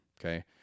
okay